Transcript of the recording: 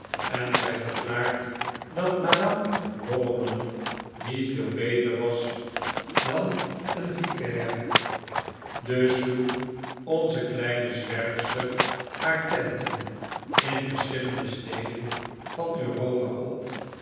en zij verklaart dat madame rawdon niet veel beter was dan een vipere dus sloeg onze kleine zwerfster haar tenten in verschillende steden van europa op